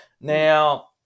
now